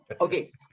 Okay